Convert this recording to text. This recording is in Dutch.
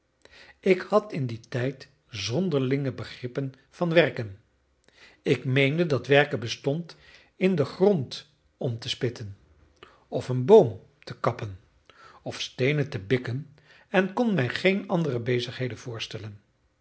ik had in dien tijd zonderlinge begrippen van werken ik meende dat werken bestond in den grond om te spitten of een boom te kappen of steenen te bikken en kon mij geen andere bezigheden voorstellen